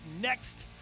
next